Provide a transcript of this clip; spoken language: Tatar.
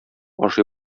ашый